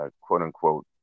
quote-unquote